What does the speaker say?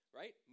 right